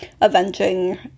avenging